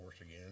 again